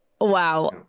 wow